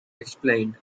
explained